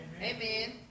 Amen